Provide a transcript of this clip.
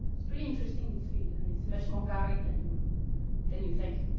it's pretty interesting, this field. and it's much more varied than you than you think.